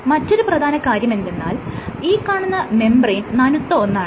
മറ്റൊരു പ്രധാന കാര്യമെന്തെന്നാൽ ഈ കാണുന്ന മെംബ്രേയ്ൻ നനുത്ത ഒന്നാണ്